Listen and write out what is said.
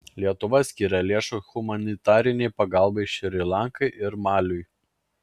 lietuva skyrė lėšų humanitarinei pagalbai šri lankai ir maliui